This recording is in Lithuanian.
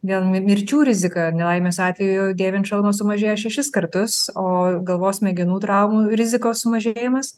dėl mirčių rizika nelaimės atveju dėvint šalmą sumažėjo šešis kartus o galvos smegenų traumų rizikos sumažėjimas